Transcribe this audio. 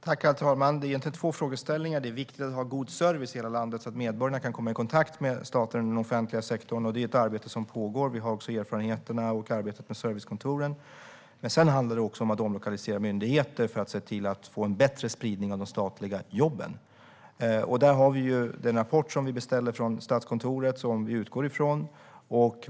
Herr talman! Det är egentligen två frågeställningar. Det är viktigt att ha god service i hela landet, så att medborgarna kan komma i kontakt med staten och den offentliga sektorn. Det är ett arbete som pågår. Vi har också erfarenheterna och arbetet med servicekontoren. Sedan handlar det också om att omlokalisera myndigheter för att se till att få en bättre spridning av de statliga jobben. Där har vi den rapport som vi beställde från Statskontoret som vi utgår från.